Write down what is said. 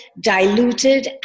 diluted